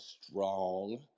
strong